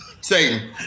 Satan